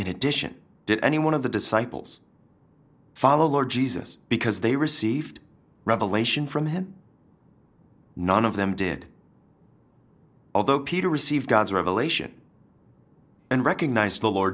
in addition did anyone of the disciples follow lord jesus because they received revelation from him none of them did although peter receive god's revelation and recognized the lord